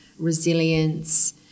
Resilience